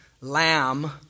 lamb